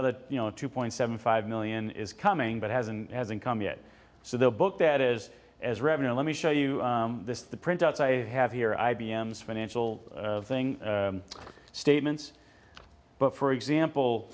other you know two point seven five million is coming but hasn't hasn't come yet so they'll book that is as revenue let me show you this the printouts i have here i b m is financial thing statements but for example